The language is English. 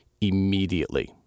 immediately